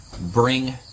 bring